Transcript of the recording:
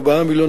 איכות המים.